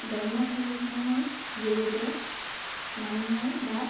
গ্ৰাম্য খেলসমূহৰ জৰিয়তে মানুহৰ বা